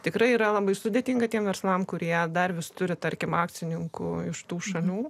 tikrai yra labai sudėtinga tiems verslams kurie dar vis turi tarkim akcininkų iš tų šalių